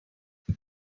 what